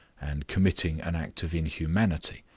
and committing an act of inhumanity.